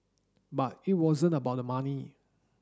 but it wasn't about the money